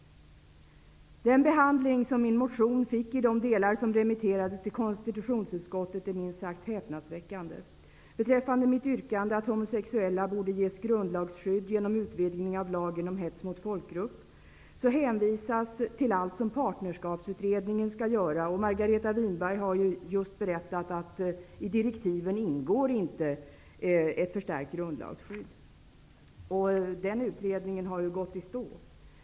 Den behandling som min motion fick i de delar som remitterades till konstitutionsutskottet är minst sagt häpnadsväckande. Beträffande mitt yrkande att homosexuella borde ges grundlagsskydd genom utvidgning av lagen om hets mot folkgrupp hänvisas till allt som partnerskapsutredningen skall göra. Margareta Winberg har just berättat att frågan om ett förstärkt grundlagsskydd inte ingår i direktiven för utredningen. Den har ju gått i stå!